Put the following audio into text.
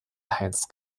heinz